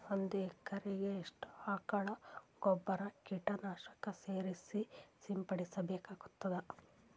ಒಂದು ಎಕರೆಗೆ ಎಷ್ಟು ಆಕಳ ಗೊಬ್ಬರ ಕೀಟನಾಶಕ ಸೇರಿಸಿ ಸಿಂಪಡಸಬೇಕಾಗತದಾ?